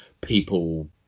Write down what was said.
people